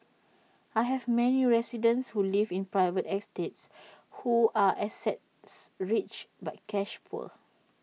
I have many residents who live in private estates who are asset rich but cash poor